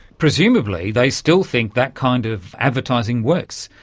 presumably they still think that kind of advertising works,